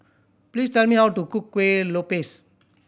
please tell me how to cook Kueh Lopes